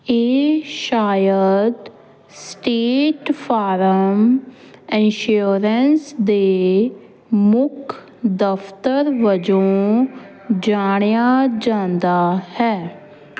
ਇਹ ਸ਼ਾਇਦ State Farm Insurance ਦੇ ਮੁੱਖ ਦਫਤਰ ਵਜੋਂ ਜਾਣਿਆ ਜਾਂਦਾ ਹੈ